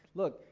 look